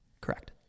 Correct